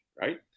right